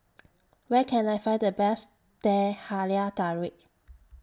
Where Can I Find The Best Teh Halia Tarik